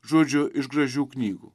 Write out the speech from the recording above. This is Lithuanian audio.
žodžiu iš gražių knygų